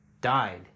died